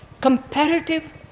comparative